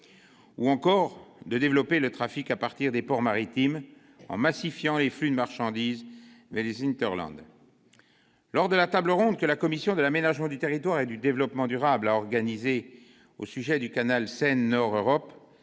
ou encore de développer le trafic à partir des ports maritimes en massifiant les flux de marchandises vers les hinterlands. Lors de la table ronde que la commission de l'aménagement du territoire et du développement durable a organisée au sujet du canal Seine-Nord Europe,